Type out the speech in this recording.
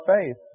faith